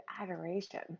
adoration